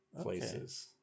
places